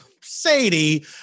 Sadie